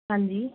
ਹਾਂਜੀ